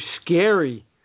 scary